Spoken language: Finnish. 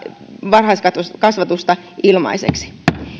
varhaiskasvatusta